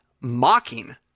mocking